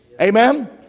amen